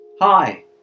Hi